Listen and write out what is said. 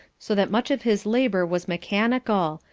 so that much of his labour was mechanical,